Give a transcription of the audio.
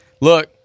Look